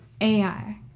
AI